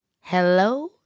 Hello